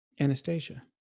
Anastasia